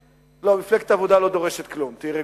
לא, מפלגת העבודה לא דורשת כלום, תהיי רגועה.